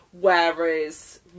Whereas